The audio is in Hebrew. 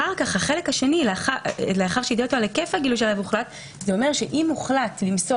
כי אחרת, גלעד, זה מחכה וזה יהיה אות מתה.